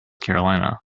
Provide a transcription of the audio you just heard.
carolina